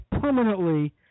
permanently